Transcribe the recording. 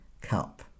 cup